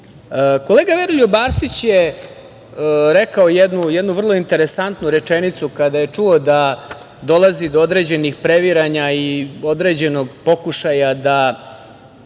Veroljub Arsić je rekao jednu vrlo interesantnu rečenicu kada je čuo da dolazi određenih previranja i određenog pokušaja da